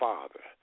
Father